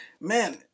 man